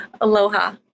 Aloha